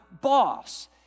boss